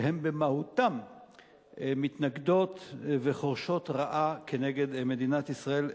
שהן במהותן מתנגדות וחורשות רעה כנגד מדינת ישראל.